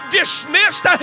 dismissed